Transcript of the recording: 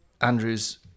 Andrew's